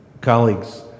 colleagues